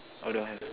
oh don't have